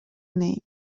name